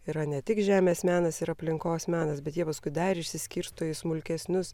yra ne tik žemės menas ir aplinkos menas bet jie paskui dar išsiskirsto į smulkesnius